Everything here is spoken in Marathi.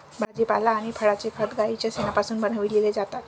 भाजीपाला आणि फळांचे खत गाईच्या शेणापासून बनविलेले जातात